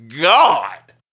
God